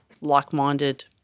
like-minded